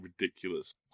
Ridiculous